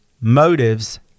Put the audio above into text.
motives